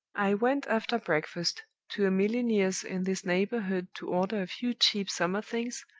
i went after breakfast to a milliner's in this neighborhood to order a few cheap summer things,